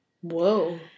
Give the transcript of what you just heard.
Whoa